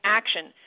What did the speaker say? action